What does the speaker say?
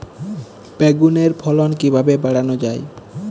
বেগুনের ফলন কিভাবে বাড়ানো যায়?